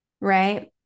right